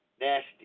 nasty